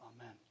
Amen